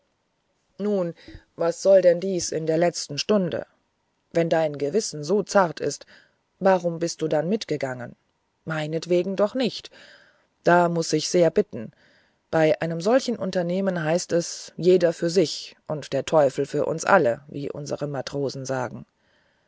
nun was soll denn dies in der letzten stunde wenn dein gewissen so zart ist warum bist du denn mitgegangen meinetwegen doch nicht da muß ich sehr bitten bei einem solchen unternehmen heißt es jeder für sich und der teufel für uns alle wie unsere matrosen sagen